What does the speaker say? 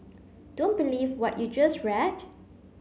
don't believe what you just read